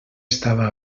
estava